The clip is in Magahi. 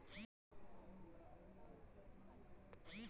यु.पी.आई कैसे बनइबै?